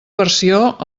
versió